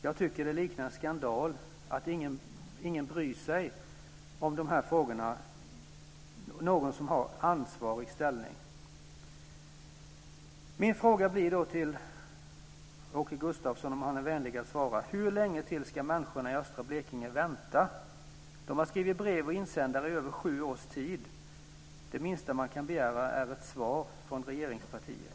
Jag tycker att det liknar skandal att ingen i ansvarig ställning bryr sig om dessa frågor. Min fråga till Åke Gustavsson, om han är vänlig att svara, blir hur länge till människorna i östra Blekinge ska vänta. De har skrivit brev och insändare i över sju års tid. Det minsta man kan begära är ett svar från regeringspartiet.